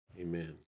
Amen